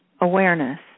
awareness